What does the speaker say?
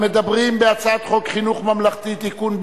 המדברים בהצעת חוק חינוך ממלכתי (תיקון,